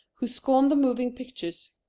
who scorn the moving pictures,